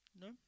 No